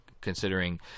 considering